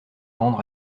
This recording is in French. rendre